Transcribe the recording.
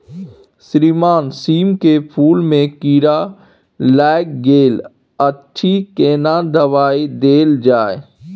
श्रीमान सीम के फूल में कीरा लाईग गेल अछि केना दवाई देल जाय?